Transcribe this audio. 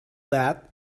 that